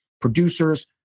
producers